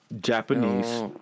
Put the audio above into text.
Japanese